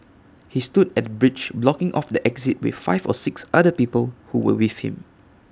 he stood at the bridge blocking off the exit with five or six other people who were with him